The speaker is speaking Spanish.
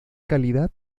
calidad